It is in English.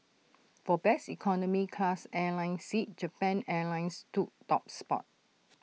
for best economy class airline seat Japan airlines took top spot